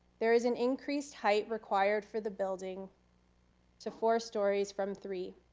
there is an increased height required for the building to four stories from three,